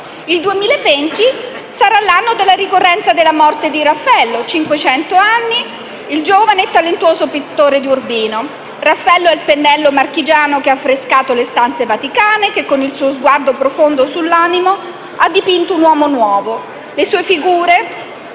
Il 2020 sarà l'anno della ricorrenza dei cinquecento anni dalla morte di Raffaello, il giovane e talentuoso pittore di Urbino. Raffaello è il pennello marchigiano che ha affrescato le stanze vaticane, che col suo sguardo profondo sull'animo ha dipinto un uomo nuovo. Le sue figure